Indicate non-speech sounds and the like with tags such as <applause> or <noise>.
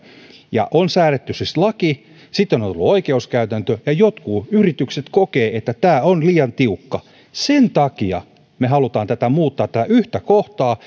on säädetty siis laki sitten on on ollut oikeuskäytäntö ja jotkut yritykset kokevat että tämä on liian tiukka sen takia me haluamme muuttaa tätä yhtä kohtaa <unintelligible>